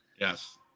Yes